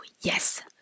yes